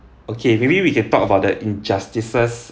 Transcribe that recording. okay maybe we can talk about the injustices